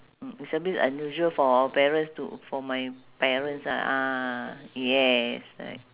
mm it's a bit unusual for our parents to for my parents ah ah yes